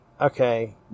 Okay